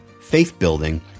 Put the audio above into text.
faith-building